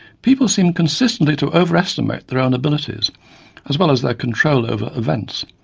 people seem consistently to overestimate their own abilities as well as their control over events,